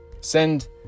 Send